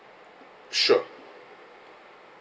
sure